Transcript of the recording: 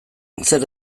zer